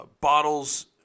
Bottles